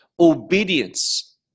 Obedience